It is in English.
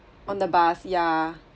on the bus ya